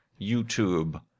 YouTube